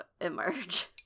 emerge